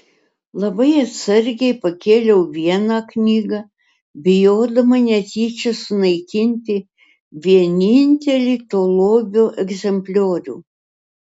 labai atsargiai pakėliau vieną knygą bijodama netyčia sunaikinti vienintelį to lobio egzempliorių